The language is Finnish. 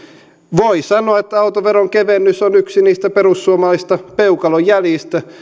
voi sanoa että autoveron kevennys on yksi niistä perussuomalaisista peukalonjäljistä